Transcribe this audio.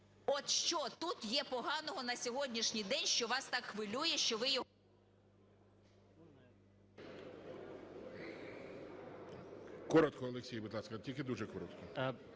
От що тут є поганого на сьогоднішній день, що вас так хвилює, що ви... ? ГОЛОВУЮЧИЙ. Коротко, Олексій, будь ласка, тільки дуже коротко.